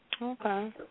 Okay